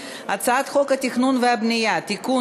להעביר את הצעת חוק הצעת חוק התכנון והבנייה (תיקון,